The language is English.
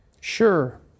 Sure